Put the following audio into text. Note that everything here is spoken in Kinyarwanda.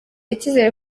icyizere